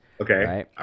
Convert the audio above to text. okay